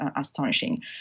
astonishing